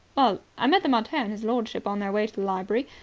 well, i met the mater and his lordship on their way to the library,